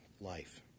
life